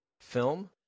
film